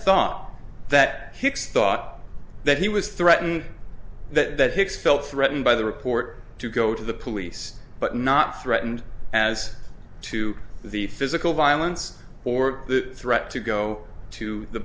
thought that hicks thought that he was threatened that hicks felt threatened by the report to go to the police but not threatened as to the physical violence or the threat to go to the